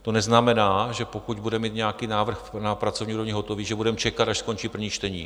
To neznamená, že pokud budeme mít nějaký návrh na pracovní úrovni hotový, že budeme čekat, až skončí první čtení.